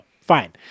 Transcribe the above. Fine